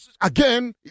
again